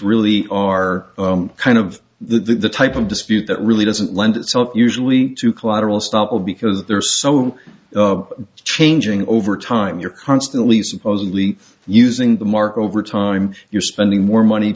really are kind of the type of dispute that really doesn't lend itself usually to collateral stop will be because there are so changing over time you're constantly supposedly using the mark over time you're spending more money